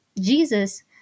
Jesus